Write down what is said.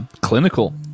Clinical